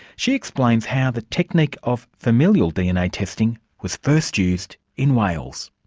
she explains how the technique of familial dna testing was first used in wales.